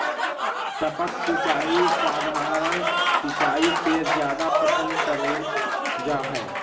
टपक सिंचाई सधारण सिंचाई से जादा पसंद करल जा हे